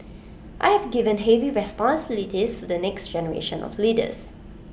I have given heavy responsibilities to the next generation of leaders